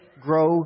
grow